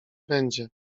będzie